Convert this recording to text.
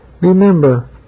Remember